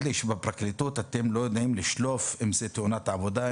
לי שבפרקליטות אתם לא יודעים לשלוף אם זה תאונת עבודה,